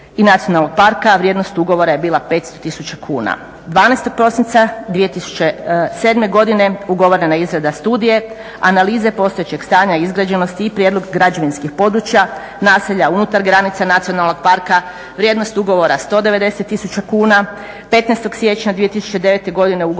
i nacionalnog parka, vrijednost ugovora je bila 500 tisuća kuna. 12. prosinca 2007. godine ugovorena je izrada studije, analize postojećeg stanja izgrađenosti i prijedlog građevinskih područja, naselja unutar granica nacionalnog parka, vrijednost ugovora 190 tisuća kuna. 15. siječnja 2009. godine ugovoreno